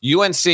UNC